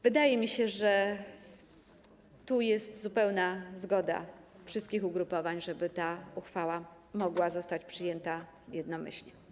Wydaje mi się, że jest zupełna zgoda wszystkich ugrupowań i ta uchwała może zostać przyjęta jednomyślnie.